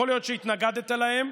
יכול להיות שהתנגדת להן.